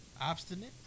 obstinate